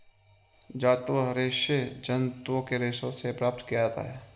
जांतव रेशे जंतुओं के रेशों से प्राप्त किया जाता है